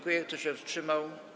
Kto się wstrzymał?